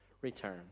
Return